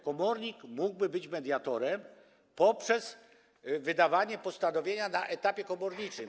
Komornik mógłby być mediatorem poprzez wydawanie postanowienia na etapie komorniczym.